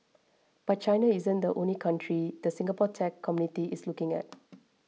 but China isn't the only country the Singapore tech community is looking at